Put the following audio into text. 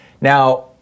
Now